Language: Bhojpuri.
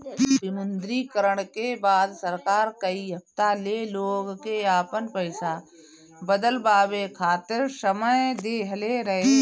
विमुद्रीकरण के बाद सरकार कई हफ्ता ले लोग के आपन पईसा बदलवावे खातिर समय देहले रहे